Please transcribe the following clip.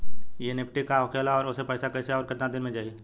NEFT का होखेला और ओसे पैसा कैसे आउर केतना दिन मे जायी?